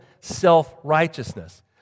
self-righteousness